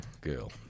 Girl